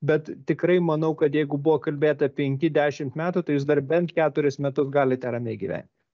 bet tikrai manau kad jeigu buvo kalbėta penki dešimt metų tai jūs dar bent keturis metus galite ramiai gyventi